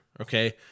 Okay